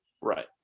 Right